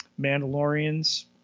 Mandalorians